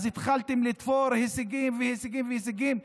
התחלתם לתפור הישגים והישגים והישגים,